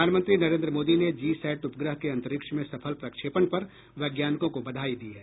प्रधानमंत्री नरेंद्र मोदी ने GSAT उपग्रह के अंतरिक्ष में सफल प्रक्षेपण पर वैज्ञानिकों को बधाई दी है